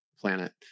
planet